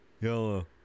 yellow